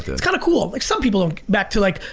it's kinda cool. like some people don't, back to like,